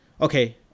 okay